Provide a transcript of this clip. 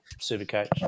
Supercoach